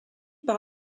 par